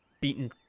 beaten